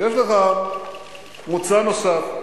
יש לך מוצא נוסף: